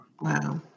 Wow